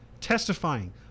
testifying